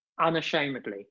unashamedly